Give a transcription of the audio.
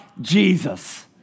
Jesus